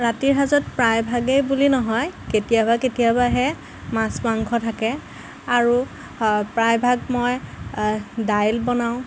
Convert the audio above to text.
ৰাতিৰ সাঁজত প্ৰায়ভাগেই বুলি নহয় কেতিয়াবা কেতিয়াবাহে মাছ মাংস থাকে আৰু প্ৰায়ভাগ মই দাইল বনাওঁ